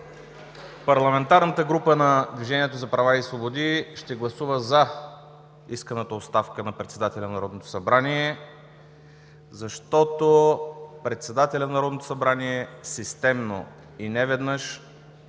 Парламентарната група на Движението за права и свободи ще гласува за исканата оставка на председателя на Народното събрание, защото той системно и неведнъж